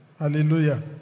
Hallelujah